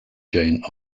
jane